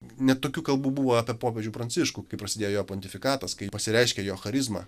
ne tokių kalbų buvo apie popiežių pranciškų kai prasidėjo jo pontifikatas kai pasireiškė jo charizma